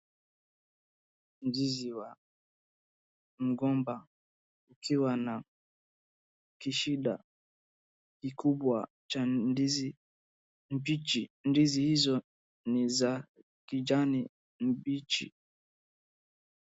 Ndizi wa mgomba akiwa na kishida kikubwa cha ndizi mbichi, ndizi hizo ni za kijani mbichi.